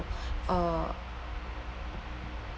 uh